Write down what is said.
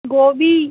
गोबी